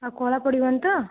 ଆଉ କଳା ପଡ଼ିବନି ତ